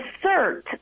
assert